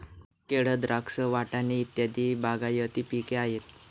केळ, द्राक्ष, वाटाणे इत्यादी बागायती पिके आहेत